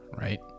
right